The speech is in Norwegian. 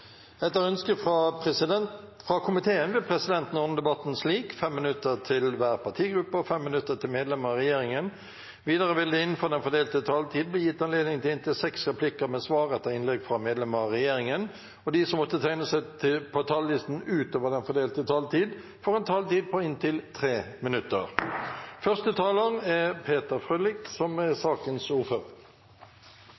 Etter ønske fra kontroll- og konstitusjonskomiteen vil presidenten ordne debatten slik: 5 minutter til hver partigruppe og 5 minutter til medlemmer av regjeringen. Videre vil det – innenfor den fordelte taletid – bli gitt anledning til inntil seks replikker med svar etter innlegg fra medlemmer av regjeringen, og de som måtte tegne seg på talerlisten utover den fordelte taletid, får en taletid på inntil 3 minutter.